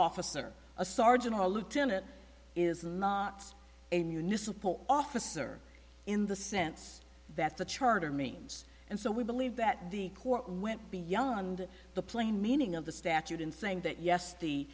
officer a sergeant or lieutenant is not a municipal officer in the sense that the charter means and so we believe that the court went beyond the plain meaning of the statute in saying that yes the